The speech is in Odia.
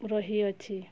ରହି ଅଛି